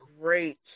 great